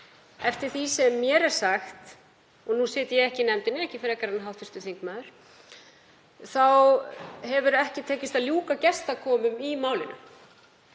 Eftir því sem mér er sagt, og nú sit ég ekki í nefndinni, ekki frekar en hv. þingmaður, þá hefur ekki tekist að ljúka gestakomum í málinu.